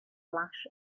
flash